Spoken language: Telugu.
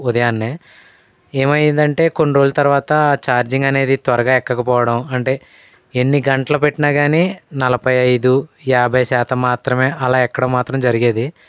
ఉదయాన్నే ఏమైందంటే కొన్ని రోజుల తరువాత ఛార్జింగ్ అనేది త్వరగా ఎక్కకపోవడం అంటే ఎన్ని గంటలు పెట్టినా కానీ నలభై ఐదు యాభై శాతం మాత్రమే అలా ఎక్కడం మాత్రం జరిగేది